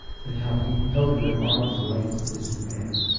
and how he held her at arm's length with his manner,